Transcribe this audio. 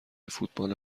فوتبال